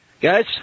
Guys